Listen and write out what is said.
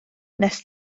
nes